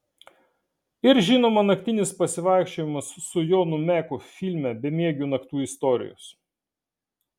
ir žinoma naktinis pasivaikščiojimas su jonu meku filme bemiegių naktų istorijos